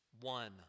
One